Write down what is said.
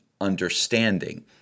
understanding